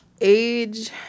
Age